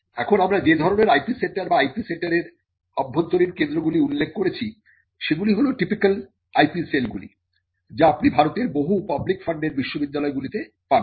এখন আমরা যে ধরনের IPM সেন্টার বা IP সেন্টারের অভ্যন্তরীণ কেন্দ্রগুলি উল্লেখ করেছি সেগুলি হল টিপিক্যাল IP সেলগুলি যা আপনি ভারতের বহু পাবলিক ফান্ডেড বিশ্ববিদ্যালয়গুলিতে পাবেন